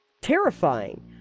terrifying